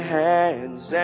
hands